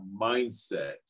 mindset